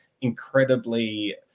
incredibly